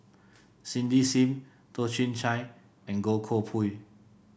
Cindy Sim Toh Chin Chye and Goh Koh Pui